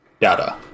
data